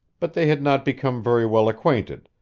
but they had not become very well acquainted,